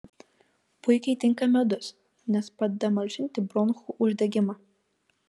puikiai tinka medus nes padeda malšinti bronchų uždegimą